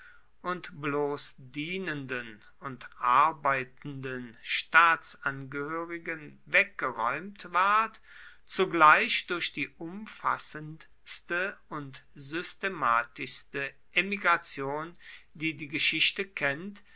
und bloß dienenden und arbeitenden staatsangehörigen weggeräumt ward zugleich durch die umfassendste und systematischste emigration die die geschichte kennt